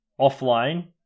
offline